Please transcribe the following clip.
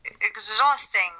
exhausting